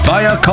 Via